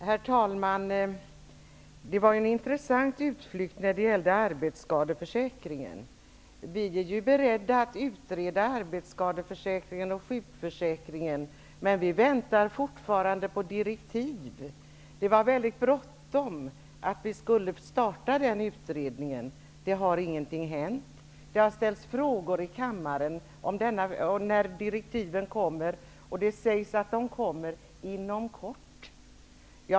Herr talman! Det var en intressant utflykt till arbetsskadeförsäkringen. Vi är beredda att utreda arbetsskadeförsäkringen och sjukförsäkringen. Men vi väntar fortfarande på direktiv. Det var mycket bråttom att starta utredningen. Det har ingenting hänt. Frågor har ställts i kammaren om när direktiven kommer. Det sägs att de kommer inom kort.